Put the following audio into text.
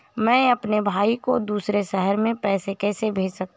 मैं अपने भाई को दूसरे शहर से पैसे कैसे भेज सकता हूँ?